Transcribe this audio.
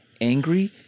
angry